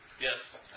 Yes